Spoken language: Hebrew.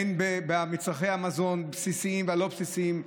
במצרכי המזון הבסיסיים והלא-בסיסיים.